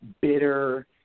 bitter